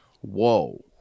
Whoa